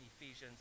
Ephesians